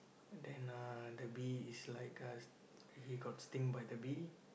then uh the bee is like uh he got sting by the bee